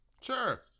Sure